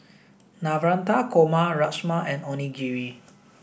Navratan Korma Rajma and Onigiri